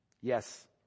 Yes